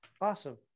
Awesome